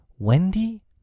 Wendy